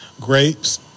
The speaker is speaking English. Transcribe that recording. Grapes